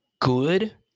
good